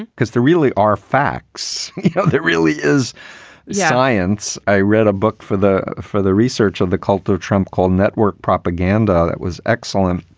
because there really are facts you know that it really is science. i read a book for the for the research of the cult of trump called network propaganda. that was excellent.